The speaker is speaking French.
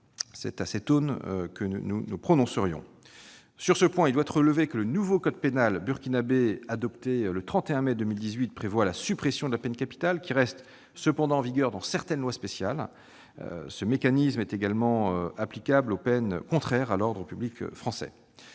C'est donc à cette aune que nous nous prononcerons. Sur ce point, il doit être relevé que le nouveau code pénal burkinabé, adopté le 31 mai 2018, prévoit la suppression de la peine capitale, qui reste cependant en vigueur dans certaines lois spéciales. Ce mécanisme est également applicable aux peines contraires à l'ordre public français.